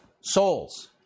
souls